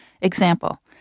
Example